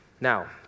Now